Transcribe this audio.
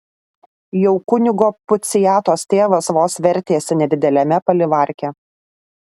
jau kunigo puciatos tėvas vos vertėsi nedideliame palivarke